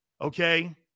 Okay